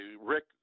rick